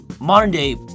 modern-day